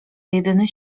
jedyny